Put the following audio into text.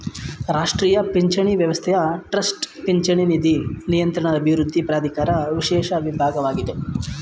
ರಾಷ್ಟ್ರೀಯ ಪಿಂಚಣಿ ವ್ಯವಸ್ಥೆಯ ಟ್ರಸ್ಟ್ ಪಿಂಚಣಿ ನಿಧಿ ನಿಯಂತ್ರಣ ಅಭಿವೃದ್ಧಿ ಪ್ರಾಧಿಕಾರ ವಿಶೇಷ ವಿಭಾಗವಾಗಿದೆ